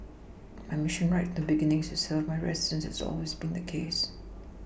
my Mission right from the beginning is to serve my residents that has always been the case